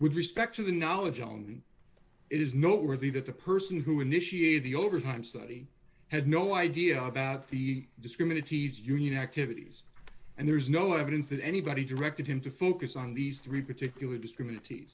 with respect to the knowledge on the it is noteworthy that the person who initiated the overtime study had no idea about the discriminate he's union activities and there is no evidence that anybody directed him to focus on these three particular discriminative